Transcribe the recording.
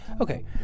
Okay